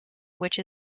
which